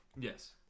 Yes